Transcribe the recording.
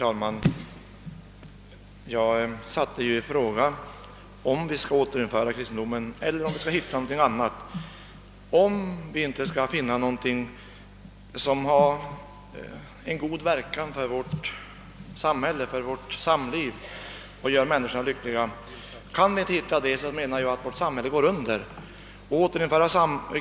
Herr talman! Jag ifrågasatte, om vi skall återinföra kristendomen eller söka hitta någonting annat, som inverkar i rätt riktning på vårt samhälle och samhällsliv och gör människan lyckligare. Kan vi inte det, tror jag att vårt samhälle går under.